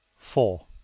four.